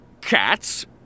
Cats